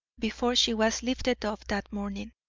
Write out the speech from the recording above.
before she was lifted up that morning.